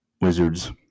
Wizards